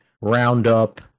roundup